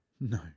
No